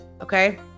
okay